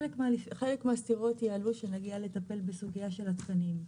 חלק מהסתירות יעלו כשנגיע לטפל בנושא התקנים.